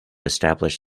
establish